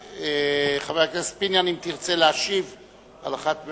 חבר הכנסת פיניאן, אם תרצה להשיב על אחת,